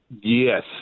Yes